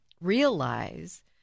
realize